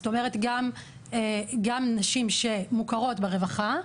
גם נשים שמוכרות ברווחה,